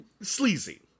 Sleazy